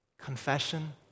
Confession